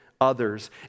others